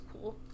cool